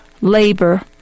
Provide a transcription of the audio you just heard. labor